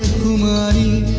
money